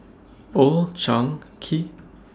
Old Chang Kee